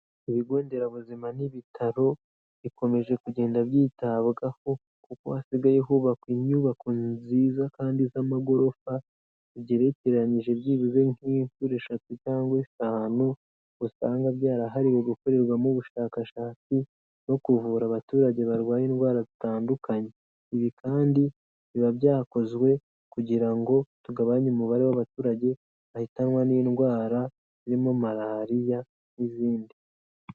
Ibigo nderabuzima n'ibitaro, bikomeje kugenda byitabwaho kuko hasigaye hubakwa inyubako nziza kandi z'amagorofa, zigerekeranyije byibuze nk'inshuro eshatu cyangwa eshanu, usanga byarahariwe gukorerwamo ubushakashatsi no kuvura abaturage barwaye indwara zitandukanye, ibi kandi biba byakozwe kugira ngo tugabanye umubare w'abaturage bahitanwa n'indwara zirimo marariya, n'izindi.